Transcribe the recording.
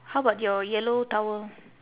how about your yellow towel